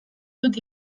dut